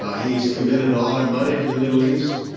he has committed a lot of money to the middle east,